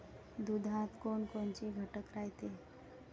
दुधात कोनकोनचे घटक रायते?